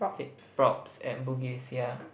fake props at Bugis yeah